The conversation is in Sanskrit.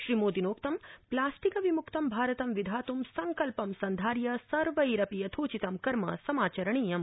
श्रीमोदिनोक्तं प्लास्टिक विम्क्तं भारतं विधात् संकल्पं संधार्य सर्वेरपि यथोचितं कर्म समाचरणीयम्